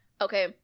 Okay